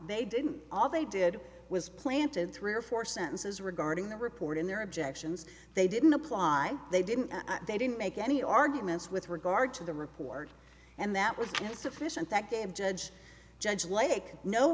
they didn't all they did was planted three or four sentences regarding the report in their objections they didn't apply they didn't they didn't make any arguments with regard to the report and that was insufficient that day of judge judge lake no